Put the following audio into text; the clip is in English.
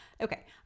Okay